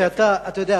אתה יודע,